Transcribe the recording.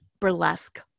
burlesque